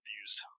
abused